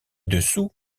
dessous